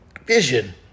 Vision